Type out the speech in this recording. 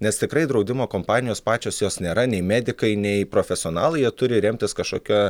nes tikrai draudimo kompanijos pačios jos nėra nei medikai nei profesionalai jie turi remtis kažkokia